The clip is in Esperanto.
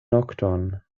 nokton